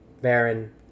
Baron